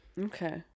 Okay